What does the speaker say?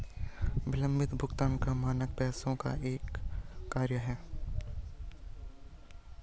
विलम्बित भुगतान का मानक पैसे का एक कार्य है